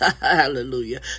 Hallelujah